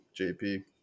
JP